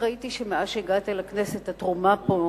ראיתי שמאז שהגעת אל הכנסת התרומה פה,